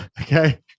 Okay